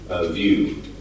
view